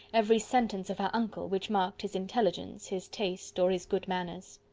every sentence of her uncle, which marked his intelligence, his taste, or his good manners.